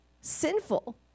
sinful